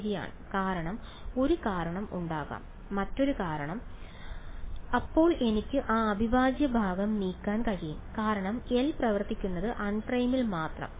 ശരിയാണ് കാരണം ഒരു കാരണം ഉണ്ടാകാം മറ്റൊരു കാരണം അപ്പോൾ എനിക്ക് ആ അവിഭാജ്യ ഭാഗം നീക്കാൻ കഴിയും കാരണം L പ്രവർത്തിക്കുന്നത് അൺപ്രൈമിൽ മാത്രം